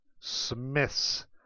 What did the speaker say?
Smiths